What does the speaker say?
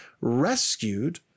rescued